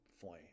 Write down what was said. flame